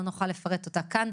לא נוכל לפרט אותה כאן.